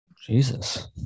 Jesus